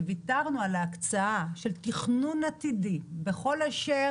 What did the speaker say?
שוויתרנו על ההקצאה של תכנון עתידי בכל אשר